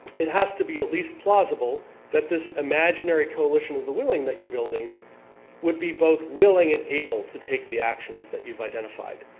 it has to be at least plausible that this imaginary coalition of the willing that you're building would be both willing and able to take the actions that you have identified.